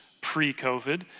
pre-COVID